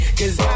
cause